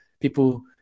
people